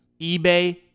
ebay